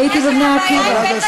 הייתי ב"בני עקיבא".